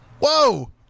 whoa